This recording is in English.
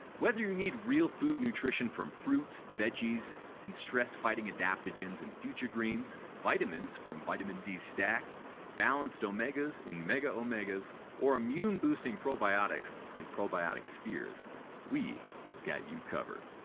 whether you need real food nutrition from fruits and veggies and stress fighting adaptogens in future greens, vitamins from vitamin d stack balanced omegas in mega omegas or immune-boosting probiotics in probiotic spheres we have got you covered.